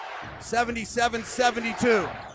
77-72